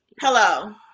Hello